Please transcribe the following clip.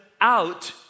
Out